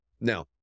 Now